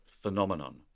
phenomenon